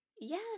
Yes